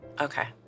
Okay